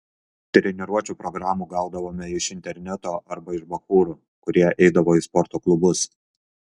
treniruočių programų gaudavome iš interneto arba iš bachūrų kurie eidavo į sporto klubus